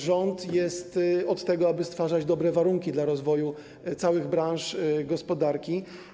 Rząd jest od tego, aby stwarzać dobre warunki dla rozwoju całych branż gospodarki.